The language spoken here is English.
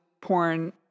porn